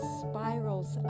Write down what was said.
spirals